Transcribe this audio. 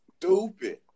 stupid